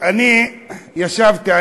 אני ישבתי,